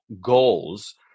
goals